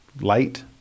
light